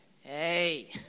hey